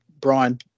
Brian